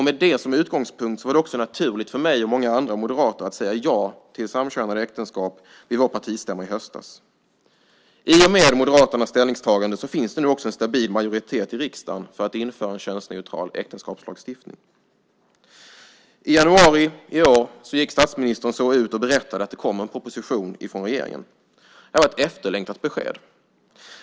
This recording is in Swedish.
Med det som utgångspunkt var det också naturligt för mig och många andra moderater att säga ja till samkönade äktenskap vid vår partistämma i höstas. I och med Moderaternas ställningstagande finns det nu också en stabil majoritet i riksdagen för att införa en könsneutral äktenskapslagstiftning. I januari i år gick statsministern så ut och berättade att det kommer en proposition från regeringen. Det var ett efterlängtat besked.